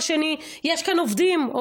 זה כישלון של בג"ץ.